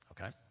okay